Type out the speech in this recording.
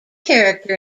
character